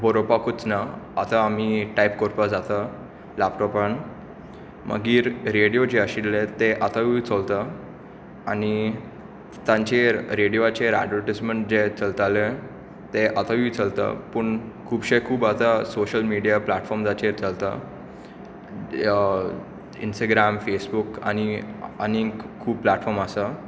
बरोवपाकूच ना आतां आमी टायप करपाक जाता लॅपटॉपान मागीर रेडियो जे आशिल्ले ते आतांय चलता आनी तांचेर रेडियाचेर एडवर्टिजमेंट जे चलताले ते आतांय चलता पूण खुबशे खूब आतां सोशल मिडिया प्लॅटफॉर्माचेर चलता इंस्टाग्राम फेसबूक आनी खूब प्लॅटफॉर्म आसा